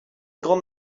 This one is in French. grande